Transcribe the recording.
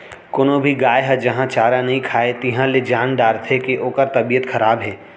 कोनो भी गाय ह जहॉं चारा नइ खाए तिहॉं ले जान डारथें के ओकर तबियत खराब हे